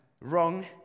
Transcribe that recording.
wrong